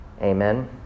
Amen